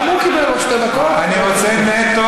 אני מבקש להסביר.